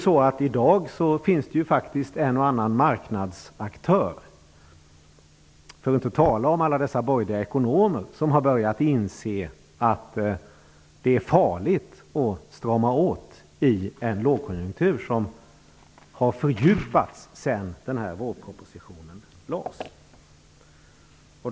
I dag finns det faktiskt en och annan marknadsaktör, för att inte tala om alla dessa borgerliga ekonomer, som har börjat inse att det är farligt att strama åt i en lågkonjunktur som har fördjupats sedan vårpropositionen lades fram.